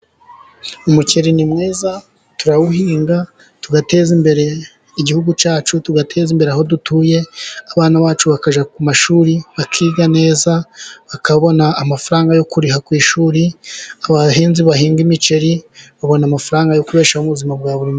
Umuceri ni mwiza, turawuhinga tugateza imbere igihugu cyacu tugateza imbere aho dutuye, abana bacu bakajya ku mashuri bakiga neza bakabona amafaranga yo kuriha ku ishuri, abahinzi bahinga imiceri babona amafaranga yo gukoresha mu buzima bwa buri munsi.